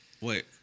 Wait